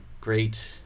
great